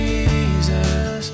Jesus